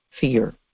fear